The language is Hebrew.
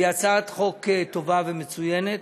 היא הצעת חוק טובה ומצוינת,